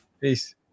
Peace